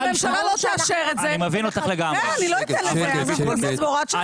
אם הממשלה לא תאשר את זה אנחנו נעשה את זה בהוראת שעה.